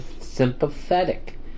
sympathetic